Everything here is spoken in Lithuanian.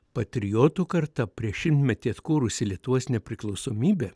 patriotų karta prieš šimtmetį atkūrusi lietuvos nepriklausomybę